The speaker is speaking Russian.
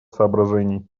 соображений